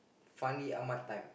Fandi-Ahmad time